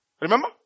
Remember